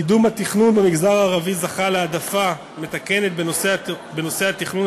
קידום התכנון במגזר הערבי זכה להעדפה מתקנת בנושא התכנון,